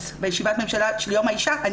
בישיבת הממשלה של יום האישה ב-8 למרס.